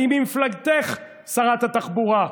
ממפלגתך, שרת התחבורה,